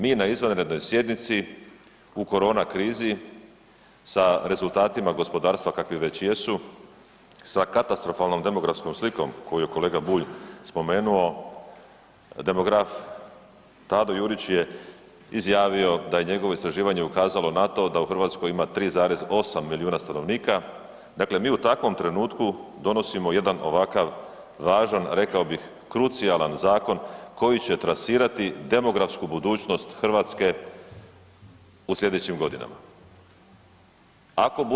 Mi na izvanrednoj sjednici u korona krizi, sa rezultatima gospodarstva kakvi već jesu, sa katastrofalnom demografskom slikom koju je kolega Bulj spomenuo, demograf Tado Jurić je izjavio da je njegovo istraživanje ukazalo na to da u Hrvatskoj ima 3,8 milijuna stanovnika, dakle mi u takvom trenutku donosimo jedan ovakav važan, rekao bih, krucijalan zakon koji će trasirati demografsku budućnost Hrvatske u sljedećim godinama.